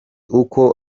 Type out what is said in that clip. uko